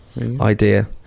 idea